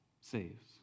saves